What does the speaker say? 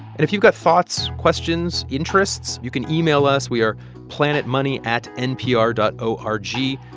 and if you've got thoughts, questions, interests, you can email us. we are planetmoney at npr dot o r g.